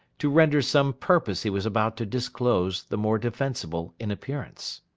to render some purpose he was about to disclose the more defensible in appearance.